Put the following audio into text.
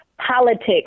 politics